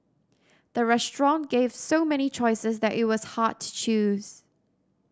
the restaurant gave so many choices that it was hard to choose